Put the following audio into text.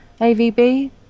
AVB